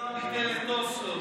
שנתניהו ביטל את אוסלו.